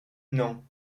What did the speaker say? non